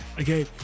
Okay